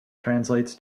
translates